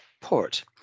port